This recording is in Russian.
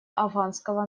афганского